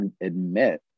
admit